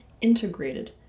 integrated